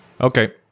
Okay